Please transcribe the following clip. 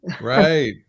right